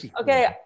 Okay